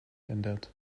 ändert